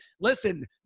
listen